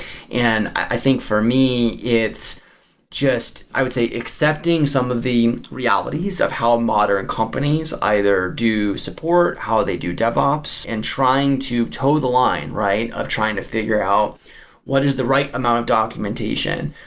and i think, for me, it's just i would say accepting some of the realities of how modern companies either do support, how they do dev ops and trying to tow the line of trying to figure out what is the right amount of documentation.